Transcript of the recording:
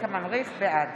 בעד